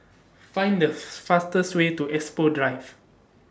Find The fastest Way to Expo Drive